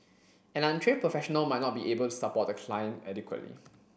an untrained professional might not be able to support the client adequately